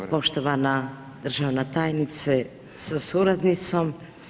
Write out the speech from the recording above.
Poštovana državna tajnice sa suradnicom.